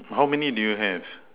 how many do you have